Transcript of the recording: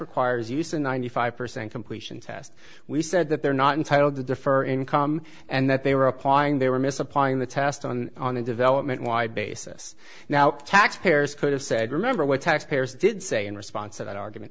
requires use a ninety five percent completion test we said that they're not entitled to defer income and that they were applying they were misapplying the test on on a development wide basis now taxpayers could have said remember what taxpayers did say in response to that argument